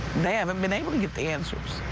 they haven't been able to get the answers.